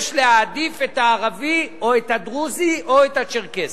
יש להעדיף את הערבי, את הדרוזי או את הצ'רקסי.